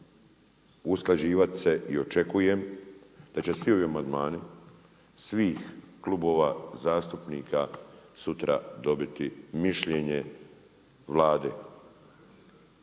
usklađivati se. I očekujem da će svi ovi amandmani, svih klubova zastupnika sutra dobiti mišljenje Vlade.